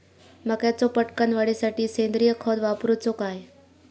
मक्याचो पटकन वाढीसाठी सेंद्रिय खत वापरूचो काय?